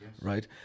right